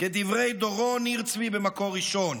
כדברי דורון ניר צבי במקור ראשון,